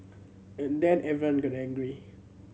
and then everyone got angry